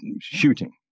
shooting